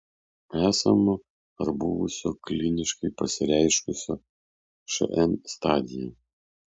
esamo ar buvusio kliniškai pasireiškusio šn stadija